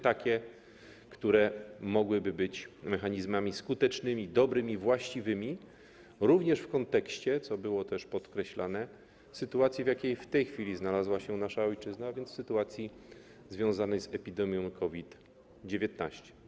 takie mechanizmy, które mogłyby być mechanizmami skutecznymi, dobrymi, właściwymi, również - co było też podkreślane - w sytuacji, w jakiej w tej chwili znalazła się nasza ojczyzna, a więc w sytuacji związanej z epidemią COVID-19.